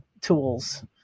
tools